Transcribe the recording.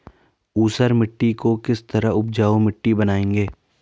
ऊसर मिट्टी को किस तरह उपजाऊ मिट्टी बनाएंगे?